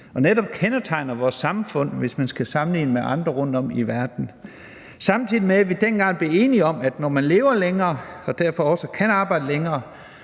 og netop kendetegner vores samfund, hvis man skal sammenligne med andre lande rundtom i verden, samtidig med at vi dengang blev enige om, at selv om vi generelt lever længere og derfor også kan arbejde længere,